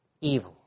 Evil